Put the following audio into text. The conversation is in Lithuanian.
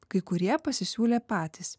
kai kurie pasisiūlė patys